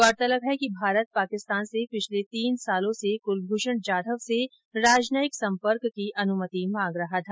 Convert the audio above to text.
गौरतलब है कि भारत पाकिस्तान से पिछले तीन सालों से कलभुषण जाधव से राजनयिक संपर्क की अनुमति मांग रहा था